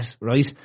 right